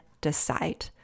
decide